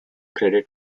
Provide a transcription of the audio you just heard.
credit